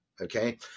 okay